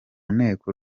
nteko